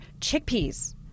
chickpeas